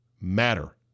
matter